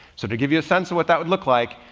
so to give you a sense of what that would look like.